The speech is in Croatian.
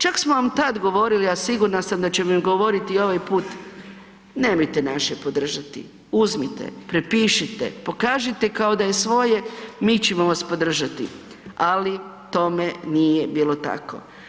Čak smo vam tad govorili, a sigurna sam da ćemo govoriti i ovaj put nemojte naše podržati, uzmite, prepišite, pokažite kao da je svoje, mi ćemo vas podržati, ali tome nije bilo tako.